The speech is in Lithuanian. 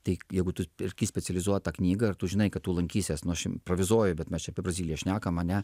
tai jeigu tu perki specializuotą knygą ir tu žinai kad tu lankysies nu aš improvizuoju bet mes čia apie braziliją šnekam ane